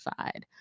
side